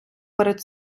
перед